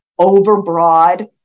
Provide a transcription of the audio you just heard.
overbroad